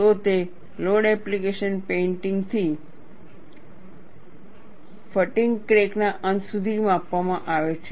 તો તે load application પોઈન્ટથી ફટીગ ક્રેક ના અંત સુધી માપવામાં આવે છે